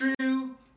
true